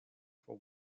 for